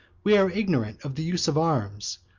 we are ignorant of the use of arms,